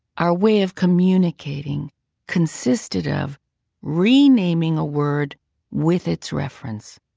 our way of communicating consisted of renaming a word with it's reference.